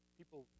people